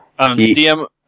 DM